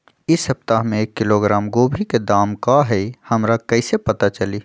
इ सप्ताह में एक किलोग्राम गोभी के दाम का हई हमरा कईसे पता चली?